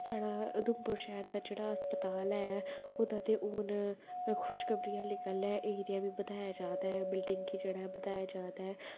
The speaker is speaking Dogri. साढ़े उधमपुर दा जेह्ड़ा शैह्र दा जेह्ड़ा अस्पताल ऐ ओह्दा ते हून खुश खबरी आह्ली गल्ल ऐ एरिया बी बधाया जा दा ऐ